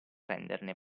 prenderne